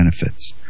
benefits